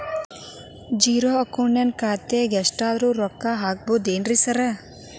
Zero account ಖಾತ್ಯಾಗ ಎಷ್ಟಾದ್ರೂ ರೊಕ್ಕ ಹಾಕ್ಬೋದೇನ್ರಿ ಸಾರ್?